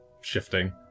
shifting